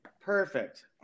Perfect